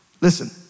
Listen